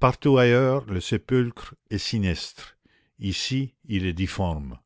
partout ailleurs le sépulcre est sinistre ici il est difforme